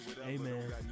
Amen